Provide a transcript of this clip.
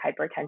hypertension